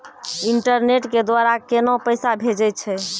Internet के द्वारा केना पैसा भेजय छै?